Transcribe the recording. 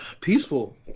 peaceful